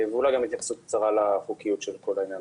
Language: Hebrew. ואולי גם התייחסות לחוקיות של כל העניין.